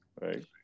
Right